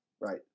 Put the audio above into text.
right